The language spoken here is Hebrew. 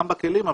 גם בכלים,